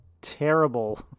Terrible